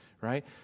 Right